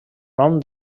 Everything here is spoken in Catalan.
nom